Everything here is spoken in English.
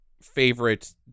favorite